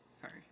Sorry